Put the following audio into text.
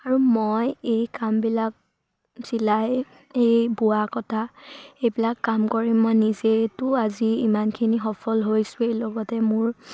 আৰু মই এই কামবিলাক চিলাই এই বোৱা কটা এইবিলাক কাম কৰি মই নিজেতো আজি ইমানখিনি সফল হৈছোঁৱে লগতে মোৰ